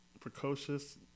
Precocious